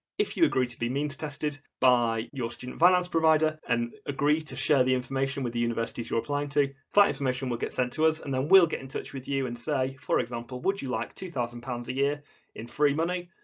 if you agree to be means tested by your student finance provider and agree to share the information with the universities you're applying to, that information will get sent to us and then we'll get in touch with you and say, for example, would you like two thousand pounds a year in free money?